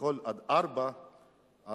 כביכול עד השעה 16:00,